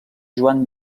joan